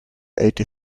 eighty